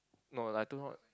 no like to not